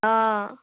অঁ